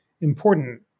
important